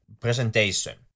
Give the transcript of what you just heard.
presentation